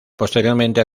posteriormente